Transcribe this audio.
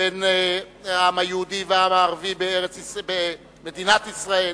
בין העם היהודי לעם הערבי במדינת ישראל,